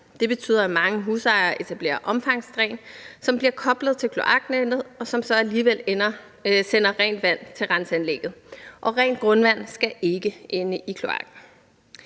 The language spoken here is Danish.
Det betyder, at mange husejere etablerer omfangsdræn, som bliver koblet til kloaknettet, og som så alligevel sender rent vand til renseanlægget, og rent grundvand skal ikke ende i kloakken.